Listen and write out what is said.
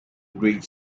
great